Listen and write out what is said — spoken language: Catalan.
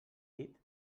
dit